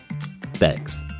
Thanks